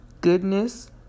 goodness